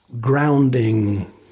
grounding